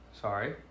sorry